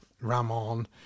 Ramon